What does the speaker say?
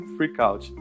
Freakout